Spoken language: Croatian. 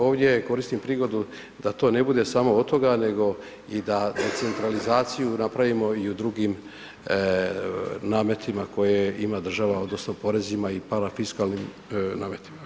Ovdje koristim prigodu da to ne bude samo od toga nego i da centralizaciju napravimo i u drugim nametima koje ima država, odnosno porezima i parafiskalnim nametima.